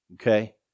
Okay